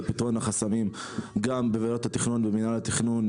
כדי להפעיל את זה בצורה כמה שיותר מהר כי אנחנו מבינים את הרציונל.